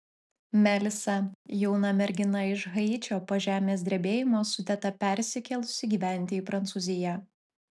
melisa jauna mergina iš haičio po žemės drebėjimo su teta persikėlusi gyventi į prancūziją